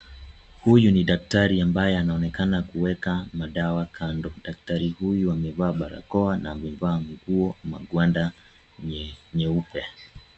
Huyu ni daktari ambaye anaonekana kuweka madawa kando. Daktari uyu amevaa barakoa na amevaa nguo magwanda nye nyeupe.